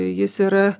jis yra